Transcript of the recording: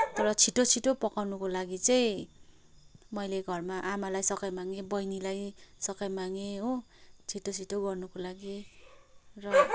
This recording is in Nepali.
तर छिटो छिटो पकाउनुको लागि चाहिँ मैले घरमा आमालाई सघाइ मागेँ बहिनीलाई सघाइ मागेँ हो छिटो छिटो गर्नुको लागि र